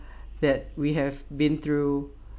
that we have been through